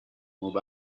moved